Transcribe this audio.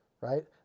right